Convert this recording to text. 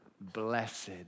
Blessed